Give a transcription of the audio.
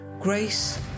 Grace